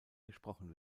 gesprochen